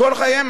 מכל חייהם,